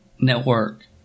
Network